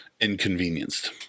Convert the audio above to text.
inconvenienced